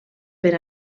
per